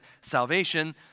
salvation